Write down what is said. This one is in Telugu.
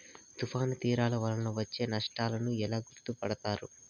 తుఫాను తీరాలు వలన వచ్చే నష్టాలను ఎలా గుర్తుపడతారు?